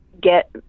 get